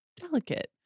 delicate